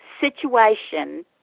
situation